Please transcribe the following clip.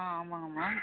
ஆ ஆமாங்கம்மா